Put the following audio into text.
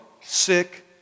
sick